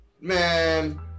man